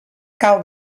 cal